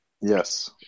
Yes